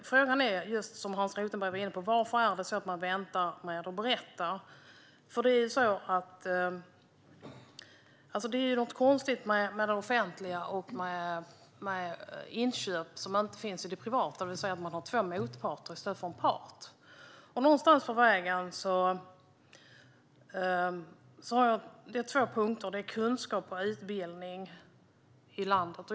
Frågan är, precis som Hans Rothenberg var inne på: Varför väntar man med att berätta? Det är något konstigt med det offentliga och inköp som inte finns i det privata, det vill säga att man har två motparter i stället för en part. Det finns två punkter: kunskap och utbildning i landet.